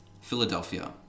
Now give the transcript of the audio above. Philadelphia